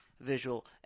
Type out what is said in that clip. visual